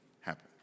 happen